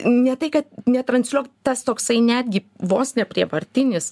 ne tai ka netransliuok tas toksai netgi vos ne prievartinis